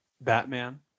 Batman